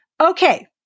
Okay